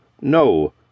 no